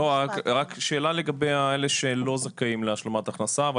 שאלה לגבי אלה שלא זכאים להשלמת הכנסה אבל